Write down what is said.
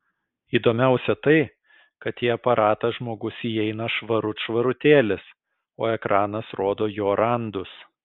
įdomiausia tai kad į aparatą žmogus įeina švarut švarutėlis o ekranas rodo jo randus